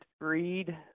read